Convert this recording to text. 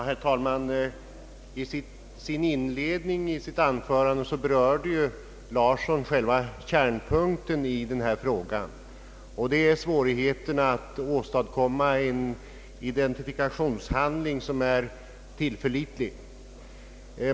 Herr talman! I inledningen till sitt anförande berörde herr Lars Larsson själva kärnpunkten i denna fråga, nämligen svårigheten att åstadkomma en identifikationshandling som är tillförlitlig.